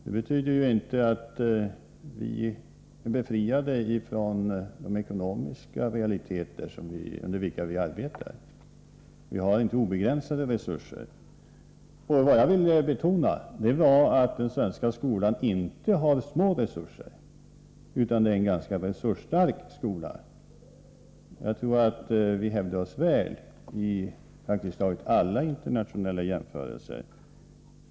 Det betyder inte att vi är befriade från de ekonomiska realiteter under vilka vi arbetar. Vi har inte obegränsade resurser. Vad jag ville betona var att den svenska skolan inte har små resurser, utan det är en ganska resursstark skola. Jag tror att vi hävdar oss väl i praktiskt taget alla internationella jämförelser.